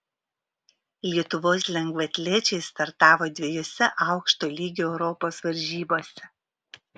lietuvos lengvaatlečiai startavo dviejose aukšto lygio europos varžybose